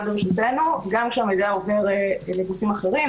ברשותנו אלא גם כשהמידע עובר לגופים אחרים,